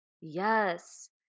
Yes